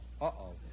uh-oh